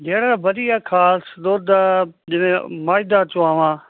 ਜਿਹੜਾ ਵਧੀਆ ਖਾਸ ਦੁੱਧ ਜਿਵੇਂ ਮੱਝ ਦਾ ਚੁਆਵਾਂ